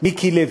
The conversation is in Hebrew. מיקי לוי.